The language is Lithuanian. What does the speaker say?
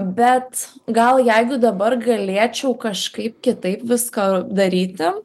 bet gal jeigu dabar galėčiau kažkaip kitaip viską daryti